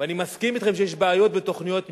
ואני מסכים אתכם שיש בעיות בתוכניות מיתאר,